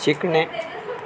शिकणे